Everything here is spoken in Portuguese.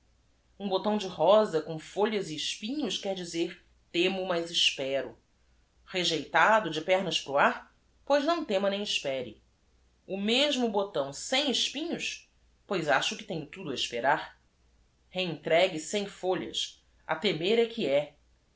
m botão de rosa com folhas e espinhos quer dizer temo mas espero ejei tado de pernas para o ar ois não tema nem espere mesmo botão sem espinhos ois acho que tenho tudo a esperar eentregue sem folhas te ner é que é